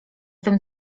tym